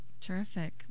Terrific